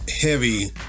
heavy